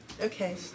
okay